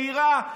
יהירה,